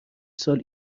سال